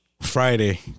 Friday